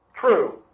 True